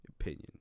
opinion